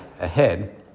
ahead